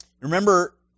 Remember